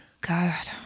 God